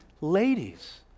ladies